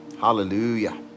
Hallelujah